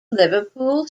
liverpool